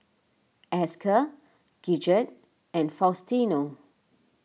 Esker Gidget and Faustino